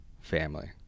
family